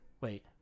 wait